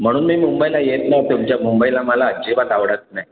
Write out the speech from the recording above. म्हणून मी मुंबईला येत नाही तुमच्या मुंबईला मला अजिबात आवडत नाही